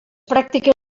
pràctiques